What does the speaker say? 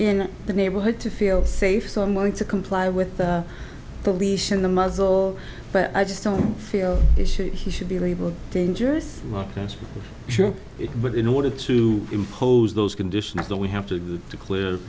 in the neighborhood to feel safe so i'm going to comply with the leash and the muzzle but i just don't feel it should he should be able danger us that's for sure it but in order to impose those conditions that we have to clear